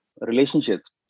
relationships